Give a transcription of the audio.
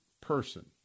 person